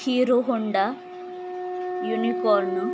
Hero Honda unicorn